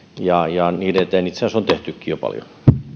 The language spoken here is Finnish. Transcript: ja ja niiden eteen itse asiassa on tehtykin jo paljon